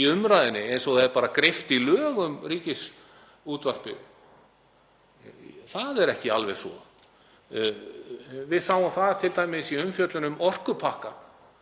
í umræðunni eins og er bara greypt í lög um Ríkisútvarpið? Það er ekki alveg svo. Við sáum það t.d. í umfjöllun um orkupakkann